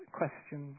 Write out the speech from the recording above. question